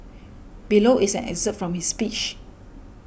below is an excerpt from his speech